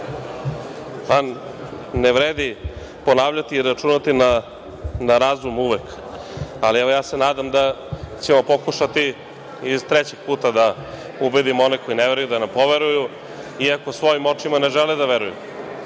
Ne vredi ponavljati i računati na razum uvek, ali ja se nadam da ćemo pokušati iz trećeg puta da ubedimo one koji ne veruju da nam poveruju, iako svojim očima ne žele da